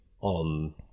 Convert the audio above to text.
on